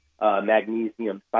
magnesium